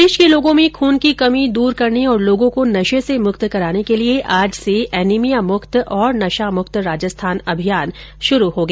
प्रदेश के लोगों में खून की कमी दूर करने और लोगों को नशे से मुक्त कराने के लिये आज से एनीमिया मुक्त और नशामुक्त राजस्थान अभियान शुरू हुआ